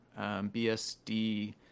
bsd